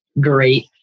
great